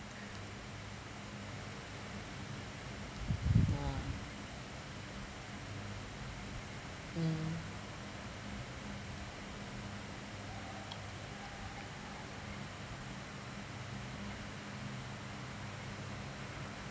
ah mm